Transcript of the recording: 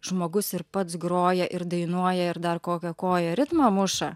žmogus ir pats groja ir dainuoja ir dar kokia koja ritmą muša